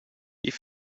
die